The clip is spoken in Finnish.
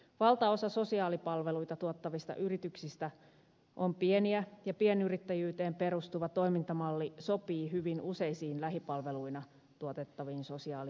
valtaosa sosiaalipalveluita tuottavista yrityksistä on pieniä ja pienyrittäjyyteen perustuva toimintamalli sopii hyvin useisiin lähipalveluina tuotettaviin sosiaali ja terveyspalveluihin